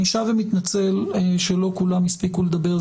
אני שואל ומתנצל שלא כולם הספיקו לדבר.